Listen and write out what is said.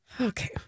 Okay